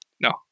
No